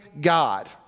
God